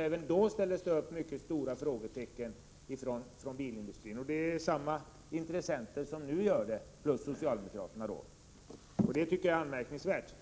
Även då ställdes det ju upp mycket stora frågetecken från bilindustrin, och det är samma intressenter som nu gör det — plus socialdemokraterna, och det tycker jag är anmärkningsvärt.